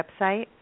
website